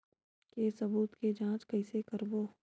के सबूत के जांच कइसे करबो?